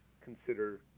consider